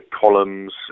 columns